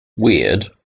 weird